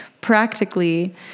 practically